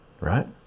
right